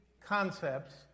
concepts